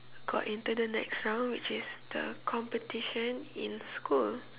got into the next round which is the competition in school